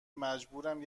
مجبورم